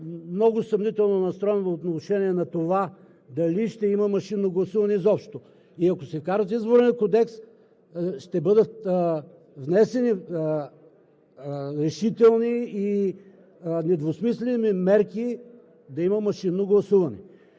много съмнително съм настроен по отношение на това дали ще има машинно гласуване изобщо! И ако се вкарат в Изборния кодекс, ще бъдат внесени решителни и недвусмислени мерки да има машинно гласуване.